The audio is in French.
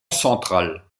centrale